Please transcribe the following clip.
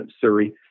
Surrey